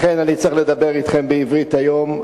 לכן אני צריך לדבר אתכם בעברית היום.